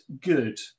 good